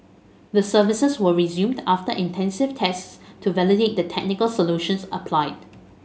the services were resumed after intensive tests to validate the technical solutions applied